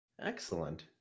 Excellent